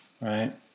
right